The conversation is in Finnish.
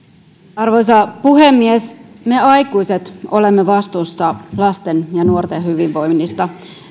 arvoisa puhemies me aikuiset olemme vastuussa lasten ja nuorten hyvinvoinnista